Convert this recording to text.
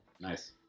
Nice